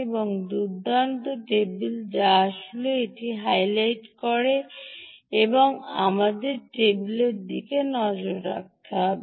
একটি দুর্দান্ত টেবিল যা আসলে এটি হাইলাইট করে এবং আমাদের টেবিলে একটি নজর রাখবে